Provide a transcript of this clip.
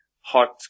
hot